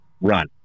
run